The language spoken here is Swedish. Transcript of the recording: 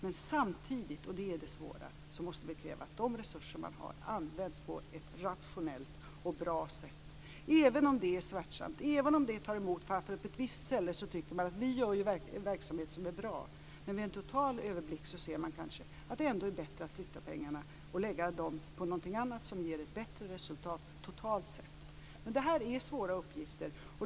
Men samtidigt - och det är det svåra - så måste vi kräva att de resurser som man har används på ett rationellt och bra sätt även om det är smärtsamt och även om det tar emot. På ett visst ställe tycker man kanske: Vi bedriver en verksamhet som är bra. Men vid en total överblick kan det hända att man ser att det ändå är bättre att flytta pengarna och lägga dem på någonting annat som ger ett bättre resultat totalt sett. Detta är svåra uppgifter.